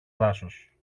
δάσος